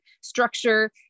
structure